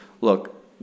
Look